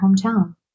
hometown